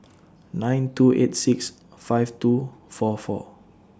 nine two eight six five two four four